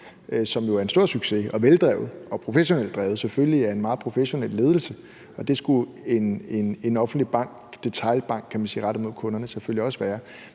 som også er veldrevet og professionelt drevet, selvfølgelig af en meget professionel ledelse, og det skulle en offentlig detailbank rettet mod kunderne selvfølgelig også være.